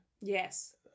yes